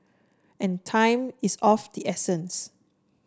and time is of the essence